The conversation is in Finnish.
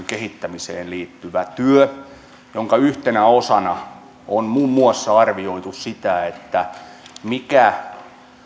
kehittämiseen liittyvä työ jonka yhtenä osana on muun muassa arvioitu sitä mikä